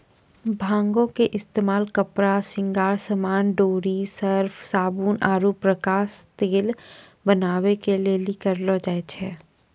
भांगो के इस्तेमाल कपड़ा, श्रृंगार समान, डोरी, सर्फ, साबुन आरु प्रकाश तेल बनाबै के लेली करलो जाय छै